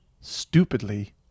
stupidly